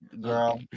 girl